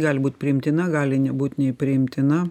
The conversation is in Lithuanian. gali būt priimtina gali nebūt nei priimtina